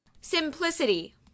Simplicity